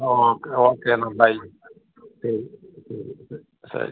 okay okay എന്നാൽ bye ശരി ശരി ശരി